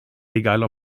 egal